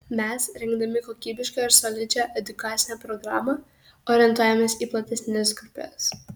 mes rengdami kokybišką ir solidžią edukacinę programą orientuojamės į platesnes grupes